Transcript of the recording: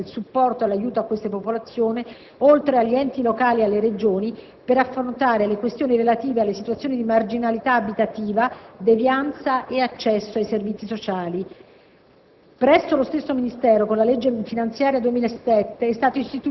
nonché le associazioni italiane impegnate nella tutela e nel supporto a queste popolazioni, oltre agli enti locali e alle Regioni, per affrontare le questioni relative alle situazioni di marginalità abitativa, devianza e accesso ai servizi sociali.